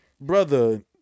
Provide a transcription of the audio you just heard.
Brother